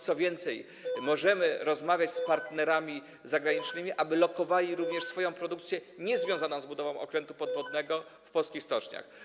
Co więcej, możemy rozmawiać z partnerami zagranicznymi, aby lokowali swoją produkcję niezwiązaną z budową okrętu podwodnego w polskich stoczniach.